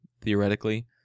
theoretically